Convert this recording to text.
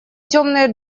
темные